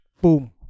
Boom